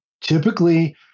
typically